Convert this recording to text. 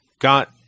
got